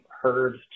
heard